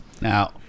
Now